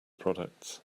products